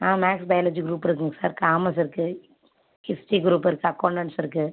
ஆ maths biology group இருக்குங்க sir commerce இருக்கு history group இருக்கு அக்கௌண்டன்ஸ் இருக்கு